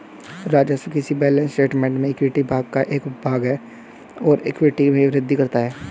राजस्व किसी balance statement में इक्विटी भाग का एक उपभाग है और इक्विटी में वृद्धि करता है